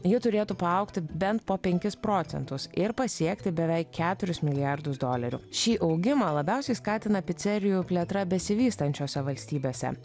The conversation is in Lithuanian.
ji turėtų paaugti bent po penkis procentus ir pasiekti beveik keturis milijardus dolerių šį augimą labiausiai skatina picerijų plėtra besivystančiose valstybėse